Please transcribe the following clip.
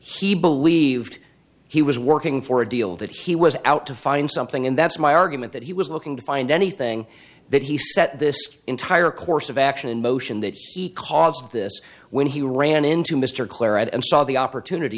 january he believed he was working for a deal that he was out to find something and that's my argument that he was looking to find anything that he set this entire course of action in motion that caused this when he ran into mr clare and saw the opportunity